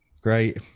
Great